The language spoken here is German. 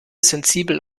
sensibel